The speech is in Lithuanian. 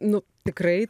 nu tikrai